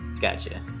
Gotcha